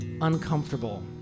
uncomfortable